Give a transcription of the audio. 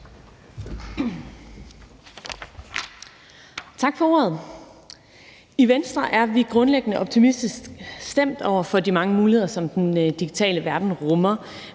Tak for ordet. I Venstre er vi grundlæggende optimistisk stemt over for de mange muligheder, som den digitale verden rummer.